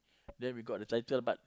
then we got the title but